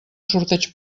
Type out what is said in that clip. sorteig